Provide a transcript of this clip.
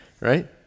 right